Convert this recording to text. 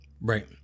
Right